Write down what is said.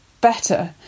better